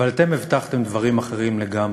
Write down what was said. אבל אתם הבטחתם דברים אחרים לגמרי.